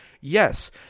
yes